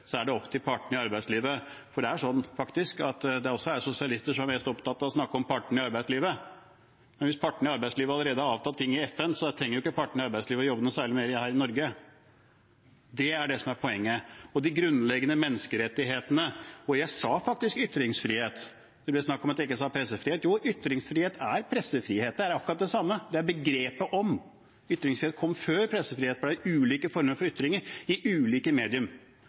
det er opp til partene i arbeidslivet. For det er faktisk sånn at det også er sosialister som er mest opptatt av å snakke om partene i arbeidslivet, men hvis partene i arbeidslivet allerede har avtalt ting i FN, trenger de jo ikke å jobbe noe særlig mer her i Norge. Det er det som er poenget. Om de grunnleggende menneskerettighetene: Jeg sa faktisk ytringsfrihet, for det ble snakk om at jeg ikke sa pressefrihet. Jo – ytringsfrihet er pressefrihet. Det er akkurat det samme. Begrepet om ytringsfrihet kom før pressefrihet, for det er ulike former for ytringer i ulike